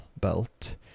belt